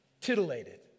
titillated